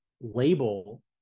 label